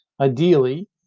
Ideally